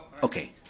okay.